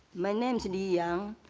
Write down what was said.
my name's mia.